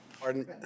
Pardon